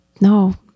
No